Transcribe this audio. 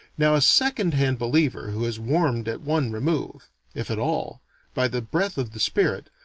now, a second-hand believer who is warmed at one remove if at all by the breath of the spirit,